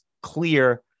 clear